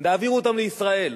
תעבירו אותם לישראל,